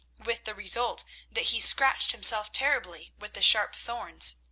with the result that he scratched himself terribly with the sharp thorns.